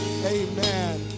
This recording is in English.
Amen